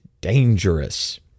Dangerous